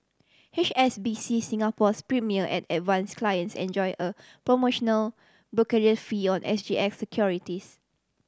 H S B C Singapore's Premier and Advance clients enjoy a promotional brokerage fee on S G X securities